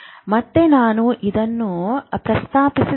ಮತ್ತೆ ನಾನು ಇದನ್ನು ಪ್ರಸ್ತಾಪಿಸುತ್ತಿದ್ದೇನೆ